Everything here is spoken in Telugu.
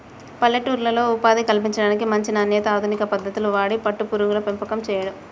పల్లెటూర్లలో ఉపాధి కల్పించడానికి, మంచి నాణ్యత, అధునిక పద్దతులు వాడి పట్టు పురుగుల పెంపకం చేయడం